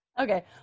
Okay